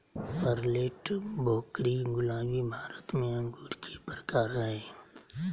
Perlette, भोकरी, गुलाबी भारत में अंगूर के प्रकार हय